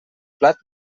plat